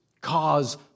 cause